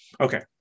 okay